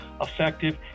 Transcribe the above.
effective